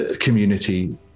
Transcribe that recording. community